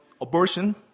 abortion